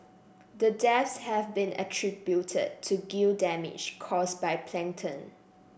the deaths have been attributed to gill damage cause by plankton